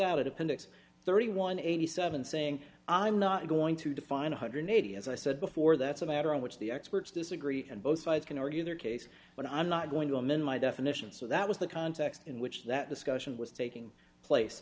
out at appendix thirty one eighty seven saying i'm not going to define one hundred eighty as i said before that's a matter on which the experts disagree and both sides can argue their case but i'm not going to amend my definition so that was the context in which that discussion was taking place